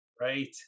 right